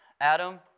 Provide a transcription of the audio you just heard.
Adam